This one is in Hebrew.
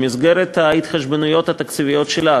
במסגרת ההתחשבנויות התקציביות שלה,